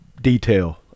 detail